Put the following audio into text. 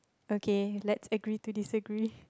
okay let's agree to disagree